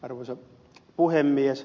arvoisa puhemies